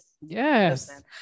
yes